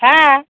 হ্যাঁ